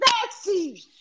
Sexy